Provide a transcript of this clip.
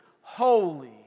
holy